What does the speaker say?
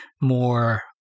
more